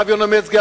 הרב יונה מצגר,